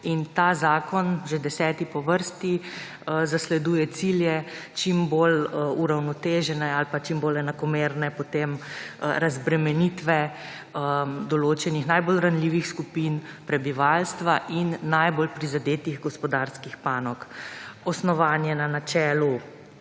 in ta zakon, že deseti po vrsti, zasleduje cilje čim bolj uravnotežene ali pa čim bolj enakomerne potem razbremenitve določenih najbolj ranljivih skupin prebivalstva in najbolj prizadetih gospodarskih panog. Osnovan je na načelu